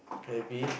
happy